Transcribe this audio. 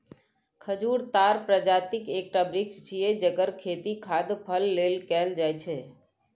खजूर ताड़ प्रजातिक एकटा वृक्ष छियै, जेकर खेती खाद्य फल लेल कैल जाइ छै